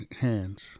hands